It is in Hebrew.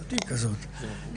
בבקשה.